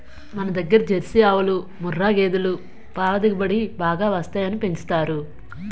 మనదగ్గర జెర్సీ ఆవులు, ముఱ్ఱా గేదులు పల దిగుబడి బాగా వస్తాయని పెంచుతారు